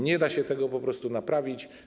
Nie da się tego po prostu naprawić.